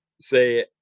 say